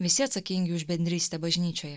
visi atsakingi už bendrystę bažnyčioje